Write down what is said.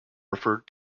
referred